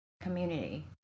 community